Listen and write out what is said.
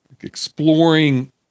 exploring